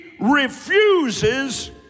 refuses